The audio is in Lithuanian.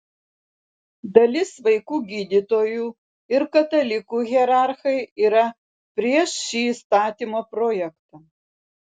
dalis vaikų gydytojų ir katalikų hierarchai yra prieš šį įstatymo projektą